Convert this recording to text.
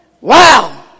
Wow